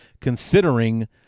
considering